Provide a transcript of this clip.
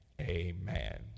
Amen